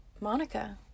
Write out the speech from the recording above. Monica